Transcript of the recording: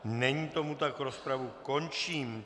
Není tomu tak, rozpravu končím.